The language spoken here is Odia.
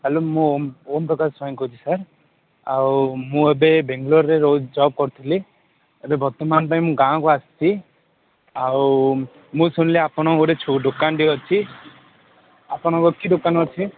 ହ୍ୟାଲୋ ମୁଁ ଓମ୍ ଓମ୍ ପ୍ରକାଶ ସ୍ୱାଇଁ କହୁଛି ସାର୍ ଆଉ ମୁଁ ଏବେ ବାଙ୍ଗାଲୋରରେ ରହୁ ଜବ୍ କରୁଥିଲି ଏବେ ବର୍ତ୍ତମାନ ପାଇଁ ମୁଁ ଗାଁକୁ ଆସିଛି ଆଉ ମୁଁ ଶୁଣିଲି ଆପଣ ଗୋଟେ ଛୋ ଦୋକାନଟେ ଅଛି ଆପଣଙ୍କ କି ଦୋକାନ ଅଛି